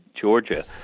Georgia